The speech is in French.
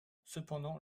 cependant